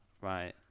Right